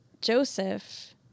Joseph